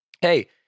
hey